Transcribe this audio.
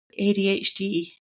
ADHD